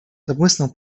zabłysnął